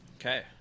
Okay